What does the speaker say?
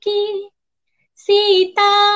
Sita